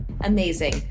Amazing